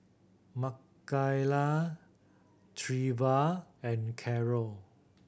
Makaila Treva and Carol